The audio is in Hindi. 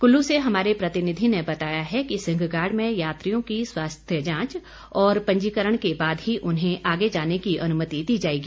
कुल्लू से हमारे प्रतिनिधि ने बताया है कि यात्रियों की स्वास्थ्य जांच के बाद ही उन्हें आगे जाने की अनुमति दी जाएगी